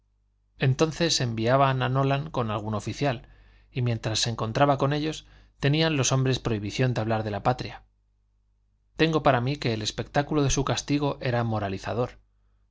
entonces enviaban a nolan con algún oficial y mientras se encontraba con ellos tenían los hombres prohibición de hablar de la patria tengo para mí que el espectáculo de su castigo era moralizador